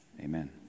Amen